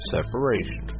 Separation